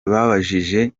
babajije